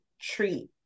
treat